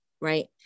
Right